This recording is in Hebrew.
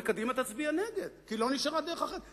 וקדימה תצביע נגד כי לא נשארה דרך אחרת.